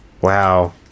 Wow